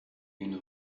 une